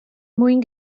mwyn